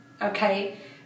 okay